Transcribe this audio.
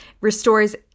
restores